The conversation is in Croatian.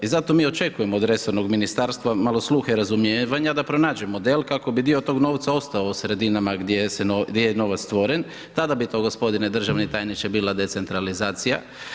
I zato mi očekujemo od resornog ministarstva malo sluhe razumijevanja da pronađe model, kako bi dio tog novca ostao u sredinama gdje je novac stvoren, tada bi to gospodine državni tajniče bila decentralizacija.